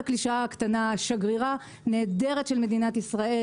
הקלישאה הקטנה שגרירה נהדרת של מדינת ישראל.